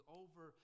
over